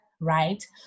right